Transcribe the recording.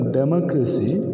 democracy